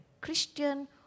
Christian